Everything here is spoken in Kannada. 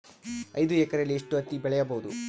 ಐದು ಎಕರೆಯಲ್ಲಿ ಎಷ್ಟು ಹತ್ತಿ ಬೆಳೆಯಬಹುದು?